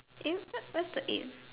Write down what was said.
eh what what's the eighth